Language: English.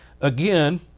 again